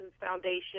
Foundation